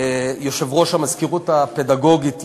יושב-ראש המזכירות הפדגוגית ימנה,